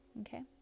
Okay